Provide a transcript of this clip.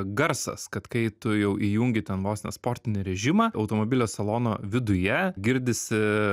garsas kad kai tu jau įjungi ten vos ne sportinį režimą automobilio salono viduje girdisi